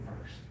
first